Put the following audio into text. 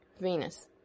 Venus